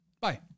Bye